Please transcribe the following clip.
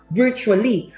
virtually